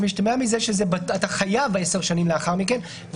אז משתמע מזה שאתה חייב עשר שנים לאחר מכן,